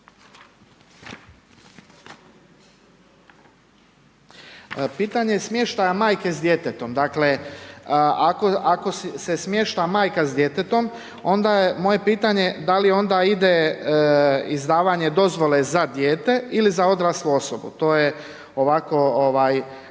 Pitanje smještaja majke s djetetom. Dakle, ako se smješta majka s djetetom, onda je moje pitanje, da li onda ide izdavanje dozvole za dijete ili za odraslu osobu, to je ovako